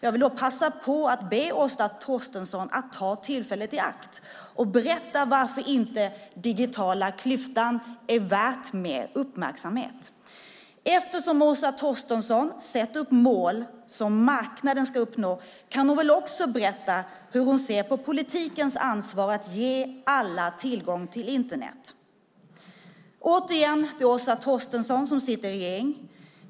Jag vill passa på att be Åsa Torstensson att ta tillfället i akt och berätta varför den digitala klyftan inte är värd mer uppmärksamhet. Eftersom Åsa Torstensson sätter upp mål som marknaden ska uppnå kan hon väl också berätta hur hon ser på politikens ansvar att ge alla tillgång till Internet. Det är Åsa Torstensson som sitter i regeringen.